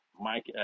Mike